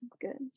good